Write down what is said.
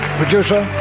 producer